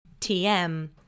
TM